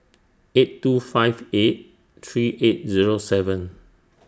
eight two five eight three eight Zero seven